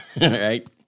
right